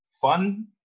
fun